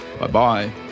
Bye-bye